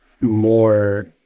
more